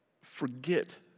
forget